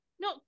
No